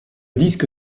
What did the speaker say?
disque